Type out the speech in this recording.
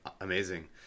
amazing